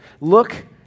Look